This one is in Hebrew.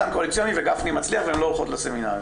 קואליציוני וגפני מצליח והן לא הולכות לסמינרים,